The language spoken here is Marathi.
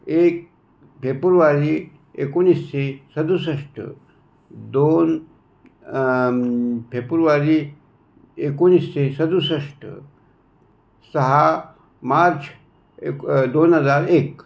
एक फेफुरवारी एकोणिसशे सदुसष्ट दोन फेफुरवारी एकोणिसशे सदुसष्ट सहा मार्च एकु दोन हजार एक